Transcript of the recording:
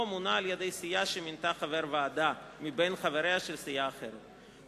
מונה על-ידי סיעה שמינתה חבר ועדה מקרב חברי סיעה אחרת.